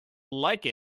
like